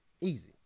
Easy